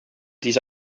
diese